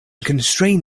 constrain